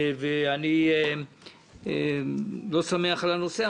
אני לא שמח על הנושא,